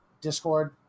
Discord